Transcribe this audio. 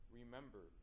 Remember